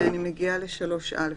אני מגיעה ל-3א: